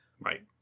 Right